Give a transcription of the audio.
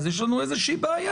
אז יש לנו איזושהי בעיה,